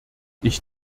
ich